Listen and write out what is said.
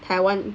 台湾